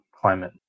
climate